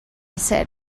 said